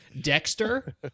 Dexter